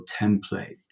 template